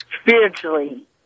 spiritually